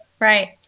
Right